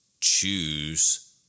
choose